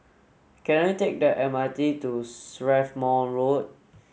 can I take the M R T to Strathmore Road